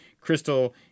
Crystal